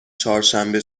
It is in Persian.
چهارشنبه